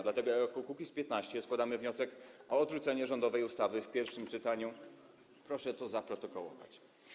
Dlatego jako Kukiz’15 składamy wniosek o odrzucenie rządowej ustawy w pierwszym czytaniu - proszę to zaprotokołować.